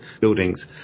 buildings